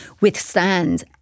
withstand